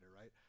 right